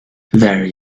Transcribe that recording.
there